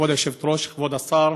כבוד היושבת-ראש, כבוד השר,